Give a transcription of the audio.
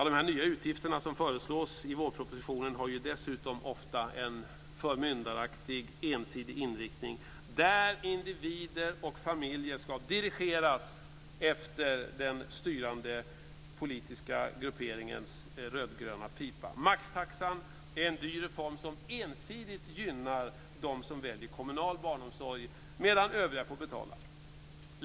De nya utgifter som föreslås i vårpropositionen har dessutom ofta en förmyndaraktig, ensidig inriktning, där individer och familjer ska dirigeras efter den styrande politiska grupperingens rödgröna pipa. Maxtaxan är en dyr reform som ensidigt gynnar dem som väljer kommunal barnomsorg, medan övriga får betala.